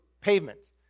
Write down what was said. pavement